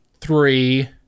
three